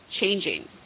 changing